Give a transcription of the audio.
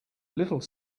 little